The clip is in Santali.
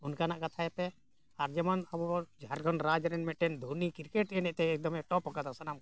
ᱚᱱᱠᱟᱱᱟᱜ ᱠᱟᱛᱷᱟᱭ ᱯᱮ ᱟᱨ ᱡᱮᱢᱚᱱ ᱟᱵᱚ ᱡᱷᱟᱲᱠᱷᱚᱸᱰ ᱨᱟᱡᱽ ᱨᱮᱱ ᱢᱤᱫᱴᱮᱱ ᱫᱷᱚᱱᱤ ᱠᱨᱤᱠᱮᱴ ᱮᱱᱮᱡ ᱛᱮ ᱮᱠᱫᱚᱢᱮ ᱴᱚᱯ ᱟᱠᱟᱫᱟ ᱥᱟᱱᱟᱢ